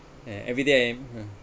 and everyday I